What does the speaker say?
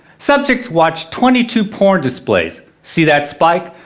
subjects watch twenty two porn displays. see that spike?